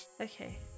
okay